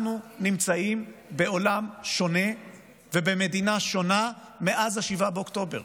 אנחנו נמצאים בעולם שונה ובמדינה שונה מאז 7 באוקטובר.